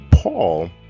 Paul